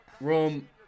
room